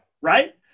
right